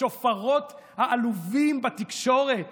השופרות העלובים בתקשורת